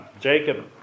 Jacob